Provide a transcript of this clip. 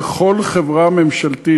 ככל חברה ממשלתית,